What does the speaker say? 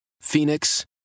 Phoenix